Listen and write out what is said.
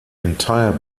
entire